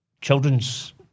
children's